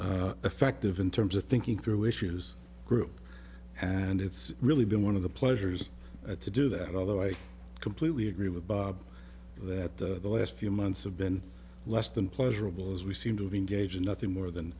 remarkably effective in terms of thinking through issues group and it's really been one of the pleasures to do that although i completely agree with bob that the last few months have been less than pleasurable as we seem to engage in nothing more than